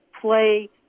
play